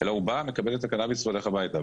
אלא הוא בא, מקבל את הקנאביס והולך הביתה.